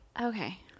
Okay